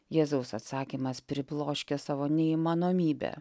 jėzaus atsakymas pribloškia savo neįmanomybe